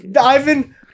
Ivan